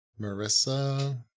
Marissa